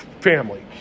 family